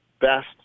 best